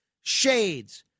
Shades